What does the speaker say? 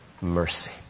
Mercy